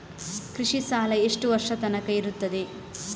ಕೃಷಿ ಸಾಲ ಎಷ್ಟು ವರ್ಷ ತನಕ ಇರುತ್ತದೆ?